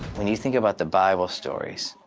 when you think about the bible stories,